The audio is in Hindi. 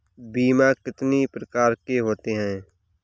बीमा कितनी प्रकार के होते हैं?